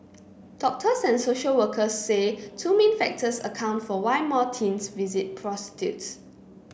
doctors and social workers say two main factors account for why more teens visit prostitutes